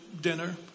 dinner